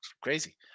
Crazy